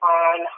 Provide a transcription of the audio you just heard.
on